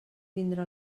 vindre